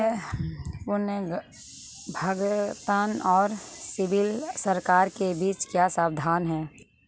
पुनर्भुगतान और CIBIL score के बीच क्या संबंध है?